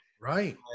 Right